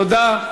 תודה.